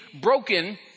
broken